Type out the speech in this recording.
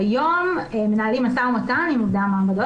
כיום מנהלים משא ומתן עם עובדי המעבדות